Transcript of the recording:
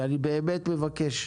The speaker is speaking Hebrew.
ואני באמת מבקש,